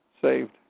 Saved